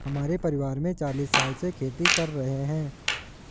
हमारे परिवार में चालीस साल से खेती कर रहे हैं